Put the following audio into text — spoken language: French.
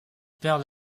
père